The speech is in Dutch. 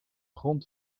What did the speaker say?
grond